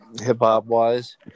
Hip-hop-wise